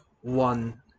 one